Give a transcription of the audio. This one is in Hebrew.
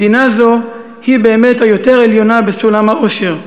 מדינה זו היא באמת היותר עליונה בסולם האושר,